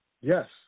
Yes